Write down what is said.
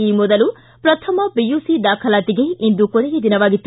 ಈ ಮೊದಲು ಪ್ರಥಮ ಪಿಯುಸಿ ದಾಖಲಾತಿಗೆ ಇಂದು ಕೊನೆಯ ದಿನವಾಗಿತ್ತು